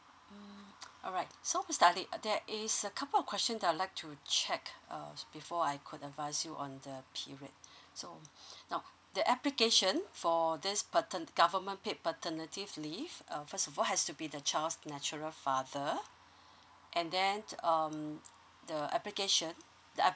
mm alright so mister ali there is a couple of questions that I would like to check uh before I could advise you on the period so now the application for this paternity government paid paternity leave leave um first of all has to be the child's natural father and then um the application